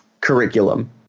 curriculum